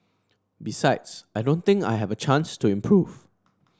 besides I don't think I have a chance to improve